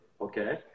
okay